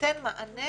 ותיתן מענה